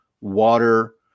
water